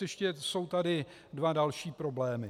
Ještě jsou tady dva další problémy.